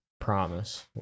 Promise